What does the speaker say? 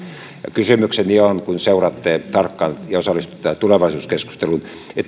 kysymykseni on kun seuraatte tarkkaan ja osallistutte tulevaisuuskeskusteluun